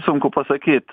sunku pasakyt